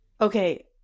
okay